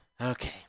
Okay